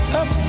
up